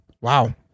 Wow